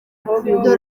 dore